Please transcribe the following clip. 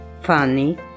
funny